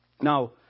Now